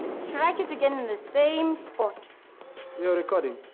strike it again in the same spot you're recording